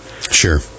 Sure